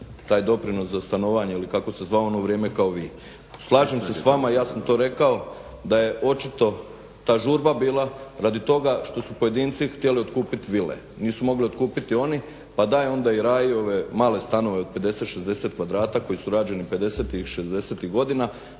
taj doprinos za stanovanje ili kako se zvao u ono vrijeme kao i vi. Slažem se s vama ja sam to rekao da je očito ta žurba bila radi toga što su pojedinci htjeli otkupiti vile. Nisu mogli otkupiti oni pa daj onda raji ove male stanove od 50, 60 kvadrata koji su rađeni pedesetih